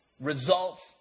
Results